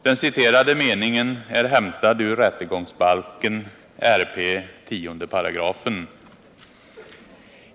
Den citerade meningen är hämtad ur rättegångsbalken, RP 10§.